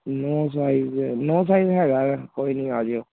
ਨੌਂ ਸਾਈਜ਼ ਨੌਂ ਸਾਈਜ਼ ਹੈਗਾ ਕੋਈ ਨਹੀਂ ਆ ਜਾਇਓ